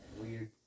weird